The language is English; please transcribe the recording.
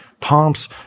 pumps